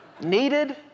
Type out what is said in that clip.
Needed